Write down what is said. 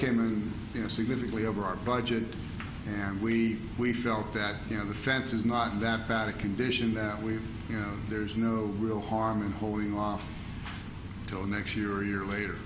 know significantly over our budget and we we felt that you know the fence is not that bad a condition that we've you know there's no real harm in holding off till next year a year later